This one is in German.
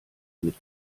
mit